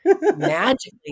Magically